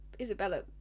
Isabella